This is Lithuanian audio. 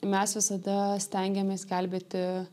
mes visada stengiamės gelbėti